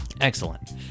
excellent